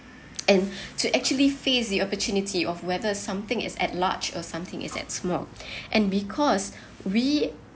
and to actually face the opportunity of whether something is at large or something is at small and because we